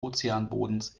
ozeanbodens